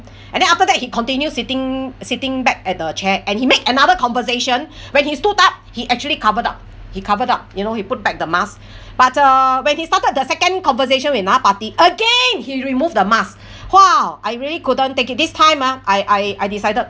and then after that he continued sitting sitting back at the chair and he made another conversation when he stood up he actually covered up he covered up you know he put back the mask but uh when he started the second conversation with another party again he removed the mask !wow! I really couldn't take it this time ah I I I decided